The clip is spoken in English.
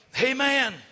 Amen